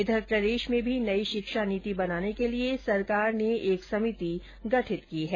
इधर प्रदेश में भी नई शिक्षा नीति बनाने के लिये सरकार ने एक समिति गठित की है